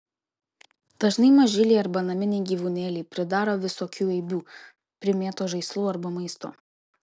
dažnai mažyliai arba naminiai gyvūnėliai pridaro visokių eibių primėto žaislų arba maisto